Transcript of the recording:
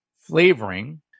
flavoring